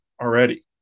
already